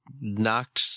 knocked